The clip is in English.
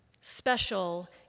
special